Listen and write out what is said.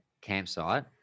campsite